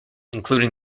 including